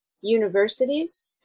universities